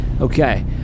okay